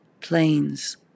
Plains